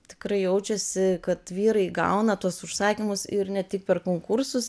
tikrai jaučiasi kad vyrai gauna tuos užsakymus ir ne tik per konkursus